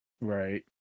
Right